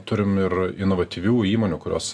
turim ir inovatyvių įmonių kurios